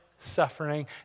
suffering